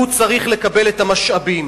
הוא צריך לקבל את המשאבים.